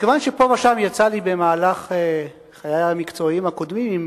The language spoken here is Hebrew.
מכיוון שפה ושם יצא לי במהלך חיי המקצועיים הקודמים,